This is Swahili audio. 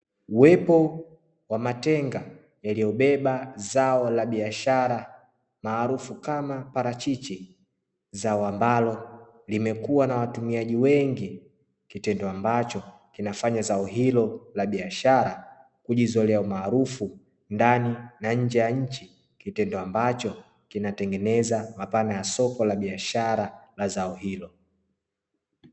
Uwepo wa matenga yaliyobeba zao la biashara maarufu kama parachichi, zao ambalo limekuwa na watumiaji wengi kitendo ambacho kinafanya zao hilo la biashara kujizoea umaarufu ndani na nje ya nchi, kitendo ambacho kinatengeneza mapana ya soko la biashara la zao hilo.